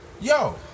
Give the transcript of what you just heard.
Yo